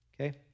Okay